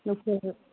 लकेलजोब